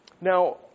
Now